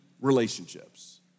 relationships